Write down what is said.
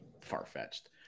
far-fetched